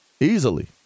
Easily